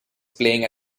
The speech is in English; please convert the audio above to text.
playing